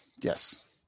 yes